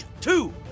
Two